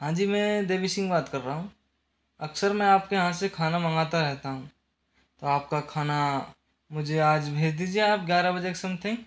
हाँ जी मैं देवी सिंह बात कर रहा हूँ अक्सर मैं आपके यहाँ से खाना मंगवाता रहता हूँ तो आपका खाना मुझे आज भेज दीजिए आप ग्यारह बजे के समथिंग